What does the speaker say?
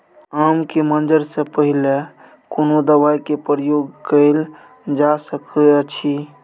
आम के मंजर से पहिले कोनो दवाई के प्रयोग कैल जा सकय अछि?